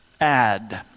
add